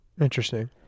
Interesting